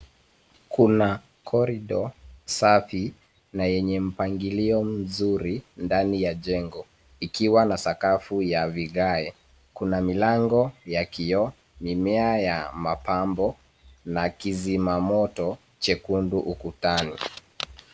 Kuna korido safi na yenye mpangilio mzuri ndani ya jengo ikiwa na sakafu ya vigae ,kuna milango ya kioo, mimea ya mapambo na kizima moto chekundu ukutani.